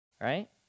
right